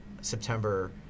September